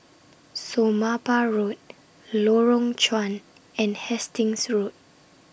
Somapah Road Lorong Chuan and Hastings Road